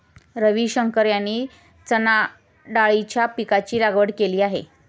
रविशंकर यांनी चणाडाळीच्या पीकाची लागवड केली आहे